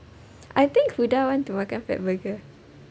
I think huda want to makan fatburger